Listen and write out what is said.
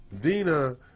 Dina